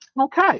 Okay